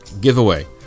giveaway